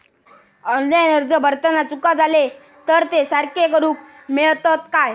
Online अर्ज भरताना चुका जाले तर ते सारके करुक मेळतत काय?